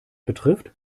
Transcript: betrifft